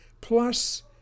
plus